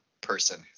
person